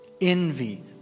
Envy